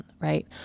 right